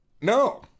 No